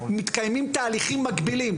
מתקיימים תהליכים מקבילים,